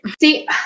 See